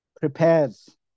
prepares